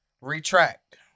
retract